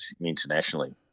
internationally